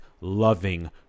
loving